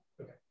okay